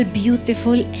beautiful